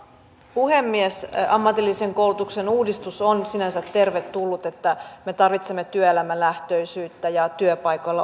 puhemies ammatillisen koulutuksen uudistus on sinänsä tervetullut että me tarvitsemme työelämälähtöisyyttä ja työpaikalla